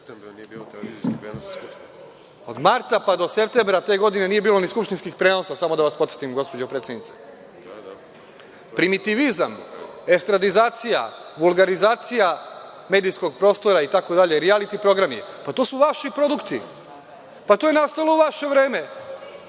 Od marta pa do septembra te godine nije bilo ni skupštinskih prenosa, samo da vas podsetim, gospođo predsednice. Primitivizam, estradizacija, vulgarizacija medijskog prostora, rijaliti programi, pa to su vaši produkti, pa to je nastalo u vaše vreme,